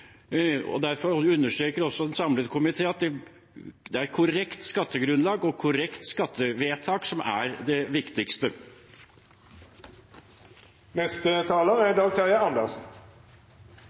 og derfor understreker også en samlet komité at det er korrekt skattegrunnlag og korrekt skattevedtak som er det viktigste.